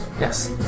Yes